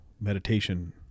meditation